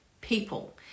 people